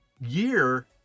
year